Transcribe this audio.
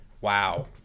Wow